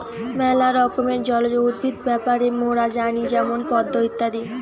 ম্যালা রকমের জলজ উদ্ভিদ ব্যাপারে মোরা জানি যেমন পদ্ম ইত্যাদি